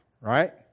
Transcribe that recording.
right